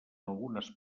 algunes